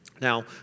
Now